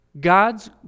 God's